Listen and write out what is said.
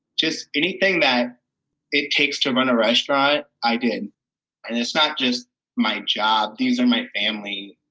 just anything that it takes to run a restaurant, i did. and it's not just my job. these are my family.